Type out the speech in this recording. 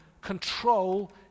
control